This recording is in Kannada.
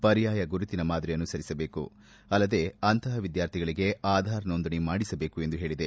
ಪರ್ಯಾಯ ಗುರುತಿನ ಮಾದರಿ ಅನುಸರಿಸಬೇಕು ಅಲ್ಲದೇ ಅಂತಪ ವಿದ್ಯಾರ್ಥಿಗಳಿಗೆ ಆಧಾರ್ ನೋಂದಣಿ ಮಾಡಿಸಬೇಕು ಎಂದು ಹೇಳಿದೆ